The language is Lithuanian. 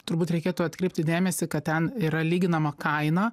turbūt reikėtų atkreipti dėmesį kad ten yra lyginama kaina